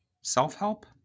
Self-help